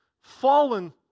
fallen